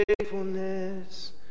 faithfulness